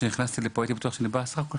כשנכנסתי לפה הייתי בטוח שאני בא כחבר,